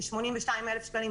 כ-82,000 שקלים,